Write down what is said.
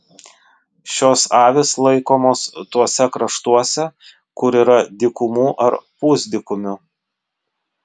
šios avys laikomos tuose kraštuose kur yra dykumų ar pusdykumių